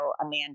Amanda